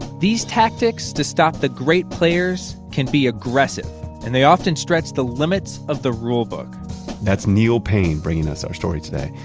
these tactics to stop the great players can be aggressive and they often stretch the limits of the rule book that's neil payne bringing us our story today.